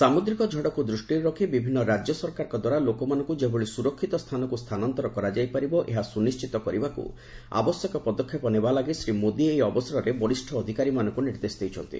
ସାମୁଦ୍ରିକ ଝଡ଼କୁ ଦୃଷ୍ଟିରେ ରଖି ବିଭିନ୍ନ ରାଜ୍ୟ ସରକାରଙ୍କଦ୍ୱାରା ଲୋକମାନଙ୍କୁ ଯେଭଳି ସୁରକ୍ଷିତ ସ୍ଥାନକୁ ସ୍ଥାନାନ୍ତର କରାଯାଇପାରିବ ଏହା ସୁନିଶ୍ଚିତ କରିବାକୃ ଆବଶ୍ୟକ ପଦକ୍ଷେପ ନେବାଲାଗି ଶ୍ରୀ ମୋଦି ଏହି ଅବସରରେ ବରିଷ୍ଠ ଅଧିକାରୀମାନଙ୍କୁ ନିର୍ଦ୍ଦେଶ ଦେଇଛନ୍ତି